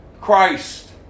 Christ